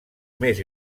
més